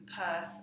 Perth